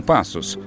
Passos